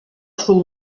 шул